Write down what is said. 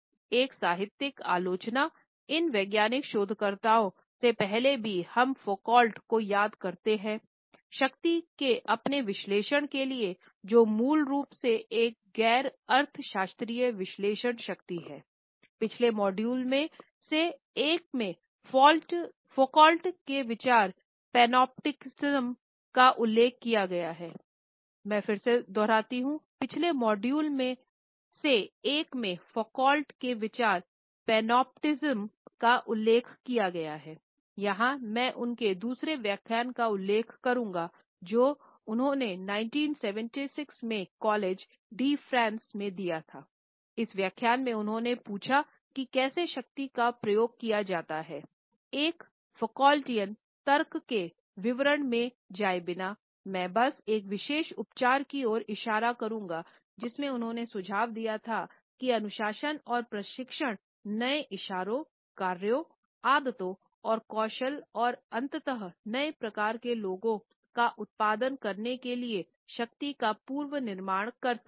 एक साहित्यिक आलोचना इन वैज्ञानिक शोधकर्ताओं से पहले भी हम फौकॉल्ट तर्क के विवरण में जाए बिना मैं बस एक विशेष उपचार की ओर इशारा करुंगा जिसमें उन्होंने सुझाव दिया था कि अनुशासन और प्रशिक्षण नए इशारों कार्यों आदतों और कौशल और अंततः नए प्रकार के लोगों का उत्पादन करने के लिए शक्ति का पुनर्निर्माण कर सकता है